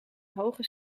hoge